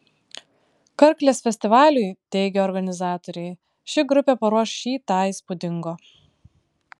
karklės festivaliui teigia organizatoriai ši grupė paruoš šį tą įspūdingo